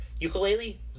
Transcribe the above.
ukulele